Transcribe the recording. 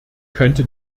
könnte